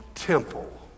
temple